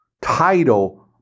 title